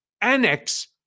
annex